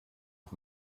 auf